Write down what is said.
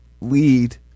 lead